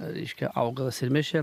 reiškia augalas ir mes čia